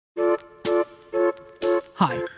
Hi